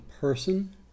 person